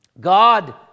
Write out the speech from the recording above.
God